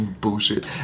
bullshit